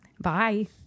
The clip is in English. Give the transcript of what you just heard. Bye